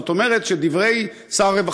זאת אומרת שדברי שר הרווחה,